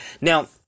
Now